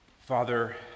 Father